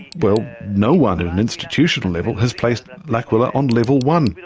well, no one at an institutional level has placed l'aquila on level one.